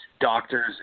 doctors